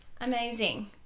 Amazing